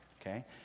okay